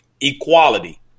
equality